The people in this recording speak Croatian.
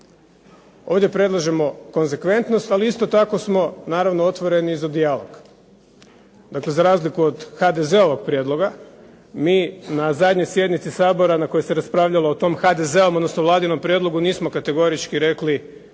Ovdje predlažemo konzekventnost ali isto tako smo naravno otvoreni za dijalog, za razliku od HDZ-ovog prijedloga, mi na zadnjoj sjednici Sabora na kojoj se raspravljali o tom Vladinom prijedlogu nismo kategorički rekli ni